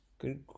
good